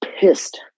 pissed